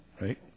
right